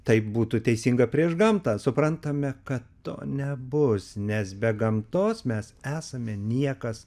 taip būtų teisinga prieš gamtą suprantame kad to nebus nes be gamtos mes esame niekas